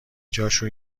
جاشو